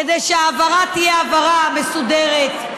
כדי שההעברה תהיה העברה מסודרת,